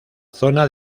zona